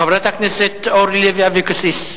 חברת הכנסת אורלי לוי אבקסיס.